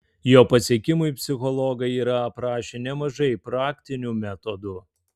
jo pasiekimui psichologai yra aprašę nemažai praktinių metodų